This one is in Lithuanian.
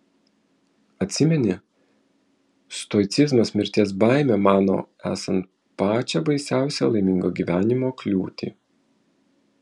atsimeni stoicizmas mirties baimę mano esant pačią baisiausią laimingo gyvenimo kliūtį